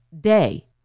Day